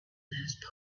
those